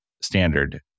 standard